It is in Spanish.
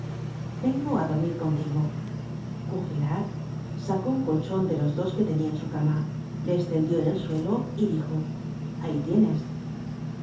vengo á dormir contigo courfeyrac sacó un colchon de los dos que tenia en su cama le estendió en el suelo y dijo ahí tienes